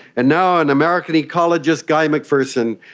and now an american ecologist, guy mcpherson,